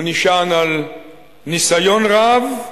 הוא נשען על ניסיון רב,